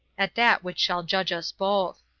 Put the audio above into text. at that which shall judge us both.